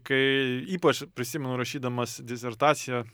kai ypač prisimenu rašydamas disertaciją